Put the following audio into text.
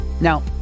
Now